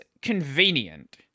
convenient